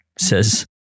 says